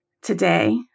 today